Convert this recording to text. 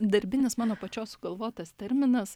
darbinis mano pačios sugalvotas terminas